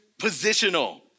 positional